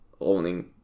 owning